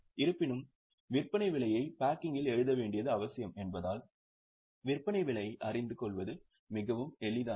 இருப்பினும் விற்பனை விலையை பாக்கிங்கில் எழுத வேண்டியது அவசியம் என்பதால் விற்பனை விலையை அறிந்து கொள்வது மிகவும் எளிதானது